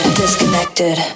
disconnected